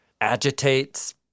agitates